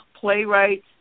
playwrights